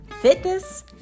fitness